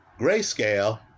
Grayscale